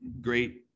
great